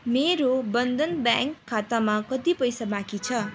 मेरो बन्धन ब्याङ्क खातामा कति पैसा बाँकी छ